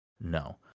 No